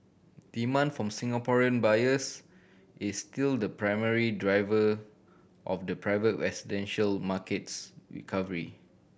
demand from Singaporean buyers is still the primary driver of the private residential market's recovery